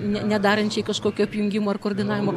ne nedarančiai kažkokio apjungimo ar koordinavimo